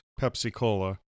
Pepsi-Cola